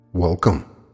Welcome